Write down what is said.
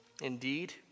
indeed